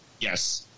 Yes